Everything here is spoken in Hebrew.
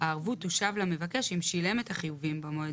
הערבות תושב למבקש אם שילם את החיובים במועד